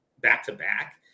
back-to-back